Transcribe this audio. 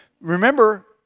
Remember